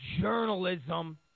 journalism